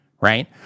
right